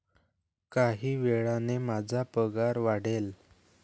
काही वेळाने माझा पगार वाढेल